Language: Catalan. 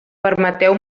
permeteu